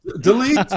Delete